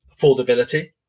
affordability